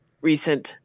recent